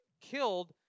killed